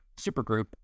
Supergroup